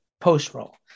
post-roll